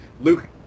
Luke